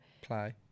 play